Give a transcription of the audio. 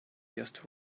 just